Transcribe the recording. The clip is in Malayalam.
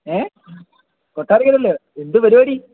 ഏ കൊട്ടാരക്കരയിൽ എന്ത് പരിപാടി